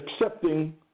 accepting